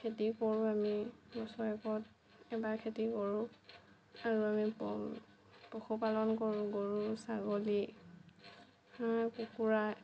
খেতি কৰোঁ আমি বছৰেকত এবাৰ খেতি কৰোঁ আৰু আমি পশু পালন কৰোঁ গৰু ছাগলী হাঁহ কুকুৰা